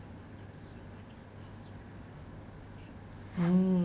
mm